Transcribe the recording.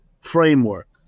framework